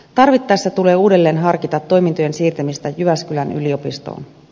tarvittaessa tulee uudelleen harkita toimintojen siirtämistä jyväskylän yliopistoon